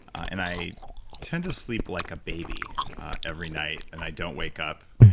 and i tend to sleep like a baby every night. and i don't wake up,